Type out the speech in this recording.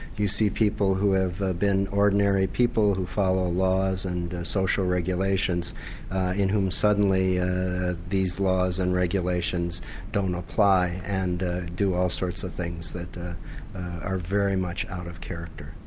you see people who have been ordinary people who follow laws and social regulations in whom suddenly these laws and regulations don't apply and do all sorts of things that are very much out of character.